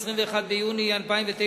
21 ביוני 2009,